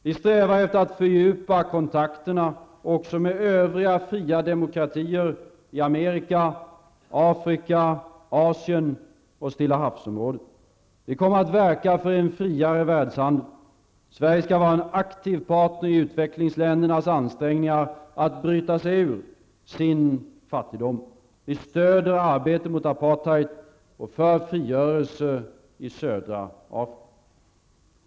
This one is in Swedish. Vi strävar efter att fördjupa kontakterna också med övriga fria demokratier i Amerika, Afrika, Asien och Stilla Havs-området. Vi kommer att verka för en friare världshandel. Sverige skall vara en aktiv partner i utvecklingsländernas ansträngningar att bryta sig ur sin fattigdom. Vi stöder arbetet mot apartheid och för frigörelsen i södra Afrika.